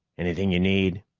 anything you need?